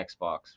xbox